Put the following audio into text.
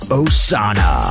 osana